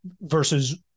versus